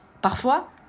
Parfois